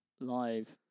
live